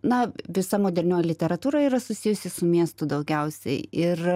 na visa modernioji literatūra yra susijusi su miestu daugiausiai ir